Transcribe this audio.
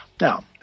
Now